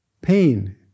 Pain